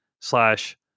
slash